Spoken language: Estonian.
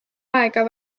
aega